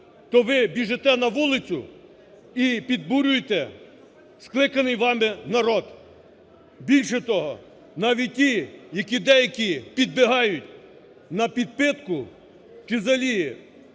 то ви біжите на вулицю і підбурюєте скликаний вами народ. Більше того, навіть ті, які деякі підбігають напідпитку чи взагалі